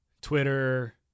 Twitter